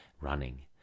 running